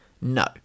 No